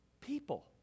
people